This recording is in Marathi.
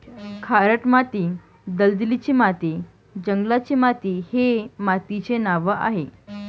खारट माती, दलदलीची माती, जंगलाची माती हे मातीचे नावं आहेत